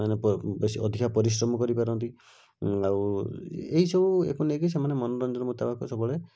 ମାନେ ପ ବେଶୀ ଅଧିକା ପରିଶ୍ରମ କରିପାରନ୍ତି ଆଉ ଏହିସବୁ ୟାକୁ ନେଇକି ସେମାନେ ମନୋରଞ୍ଜନ ମୁତାବକ ସବୁବେଳେ